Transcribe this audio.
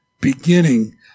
beginning